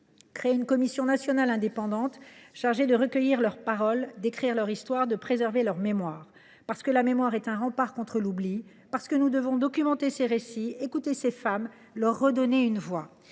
créer une commission nationale indépendante chargée de recueillir leur parole, d’écrire leur histoire et de préserver leur mémoire, parce que cette dernière est un rempart contre l’oubli. Nous devons documenter ces récits, écouter ces femmes et leur redonner une voix.